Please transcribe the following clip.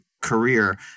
career